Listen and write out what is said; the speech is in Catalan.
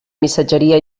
missatgeria